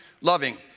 loving